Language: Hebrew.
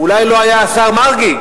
אולי לא היה השר מרגי,